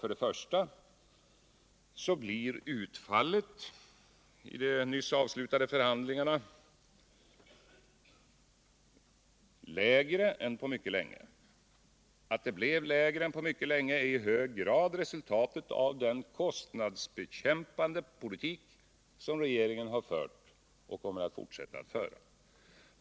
För det första: Att utfallet genom de nyligen avslutade förhandlingarna blir lägre än på mycket länge är i hög grad resultatet av den kostnadsbekämpande politik som regeringen har fört och kommer att fortsätta att föra.